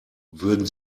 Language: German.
würden